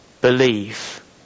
believe